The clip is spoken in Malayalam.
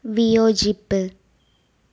വിയോജിപ്പ്